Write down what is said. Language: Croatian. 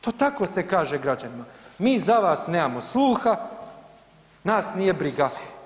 To tako se kaže građanima, mi za vas nemamo sluha, nas nije briga.